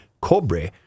Cobre